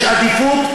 יש עדיפות,